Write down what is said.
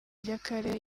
ry’akarere